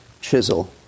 chisel